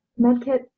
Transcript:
Medkit